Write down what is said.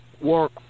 work